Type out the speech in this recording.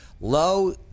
Low